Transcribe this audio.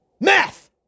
Math